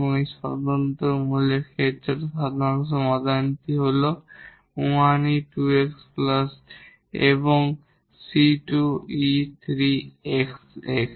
এবং ডিস্টিংক্ট রুটের ক্ষেত্রে সাধারণ সমাধানটি হল 1𝑒 2𝑥 এবং 𝑐2 𝑒 3𝑥x